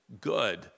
good